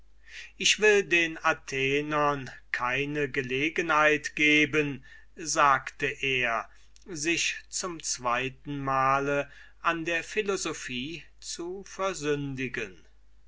ich will den atheniensern keine gelegenheit geben sagte er sich zum zweitenmale an der philosophie zu versündigen